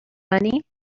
money